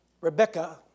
Rebecca